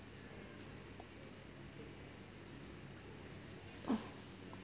oh